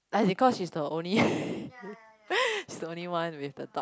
as in cause she's the only she's the only one with the dog